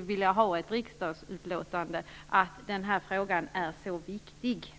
vilja att riksdagen gör ett uttalande om att denna fråga är viktig.